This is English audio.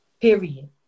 Period